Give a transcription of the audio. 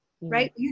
right